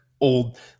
old